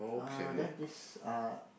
uh there this uh